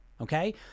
okay